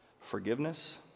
forgiveness